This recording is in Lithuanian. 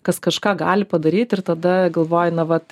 kas kažką gali padaryt ir tada galvoji na vat